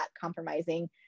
compromising